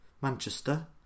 Manchester